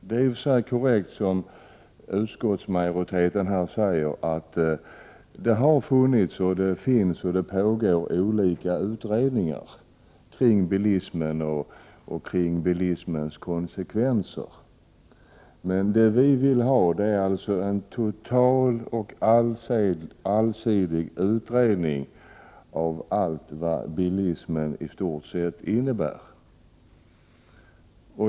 Det är i och för sig korrekt att det har genomförts och pågår olika utredningar kring bilismen och dess konsekvenser, som utskottet säger. Men det vi vill ha är alltså en total och allsidig utredning av allt vad bilismen innebär.